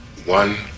One